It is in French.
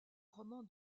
roman